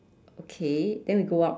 okay then we go up